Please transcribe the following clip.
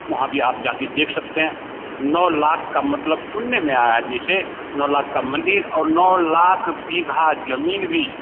वहाँ भी आप जाकर देख सकते हैं नौ लाख का मतलब सुनने में आया जैसे नौ लाख का मंदिर और नौ लाख बिघा ज़मीन भी